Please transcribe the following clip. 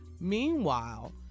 Meanwhile